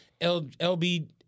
LB